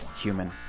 human